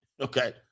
Okay